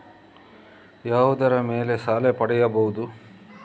ಯಾವುದರ ಮೇಲೆ ಸಾಲ ಪಡೆಯಬಹುದು?